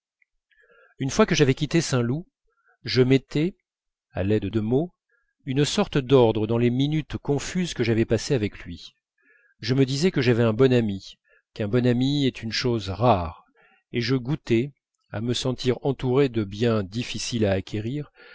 une fois que j'avais quitté saint loup je mettais à l'aide de mots une sorte d'ordre dans les minutes confuses que j'avais passées avec lui je me disais que j'avais un bon ami qu'un bon ami est une chose rare et je goûtais à me sentir entouré de biens difficiles à acquérir